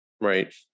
Right